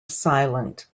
silent